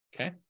Okay